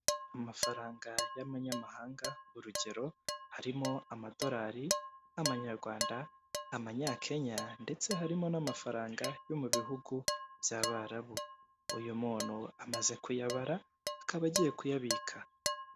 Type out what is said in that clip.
Mu mafaranga y'Abanyamahanga, urugero harimo Amadorari, Amanyarwanda, Amanyakenya, ndetse harimo n'amafaranga yo mu bihugu by'Abarabu, uyu muntu amaze kuyabara akaba agiye kuyabika.